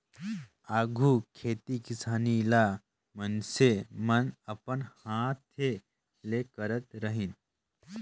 आघु खेती किसानी ल मइनसे मन अपन हांथे ले करत रहिन